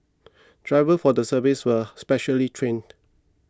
drivers for the service are specially trained